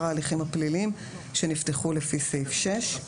ההליכים הפליליים שנפתחו לפי סעיף 6,